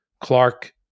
Clark